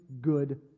good